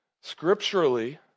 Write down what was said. Scripturally